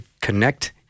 connect